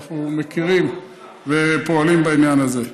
אנחנו מכירים ופועלים בעניין הזה.